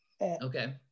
Okay